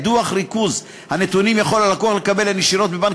את דוח ריכוז הנתונים יכול הלקוח לקבל הן ישירות מבנק